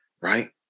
right